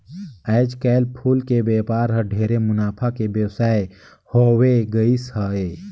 आयज कायल फूल के बेपार हर ढेरे मुनाफा के बेवसाय होवे गईस हे